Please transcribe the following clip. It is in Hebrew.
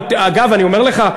אני אומר לך,